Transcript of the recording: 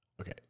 Okay